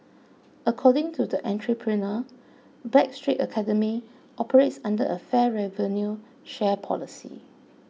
according to the entrepreneur Backstreet Academy operates under a fair revenue share policy